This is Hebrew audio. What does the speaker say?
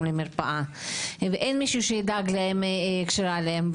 למרפאה ואין מישהו שידאג להם כשרע להם.